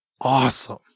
awesome